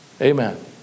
amen